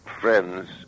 friends